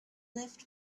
left